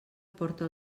porta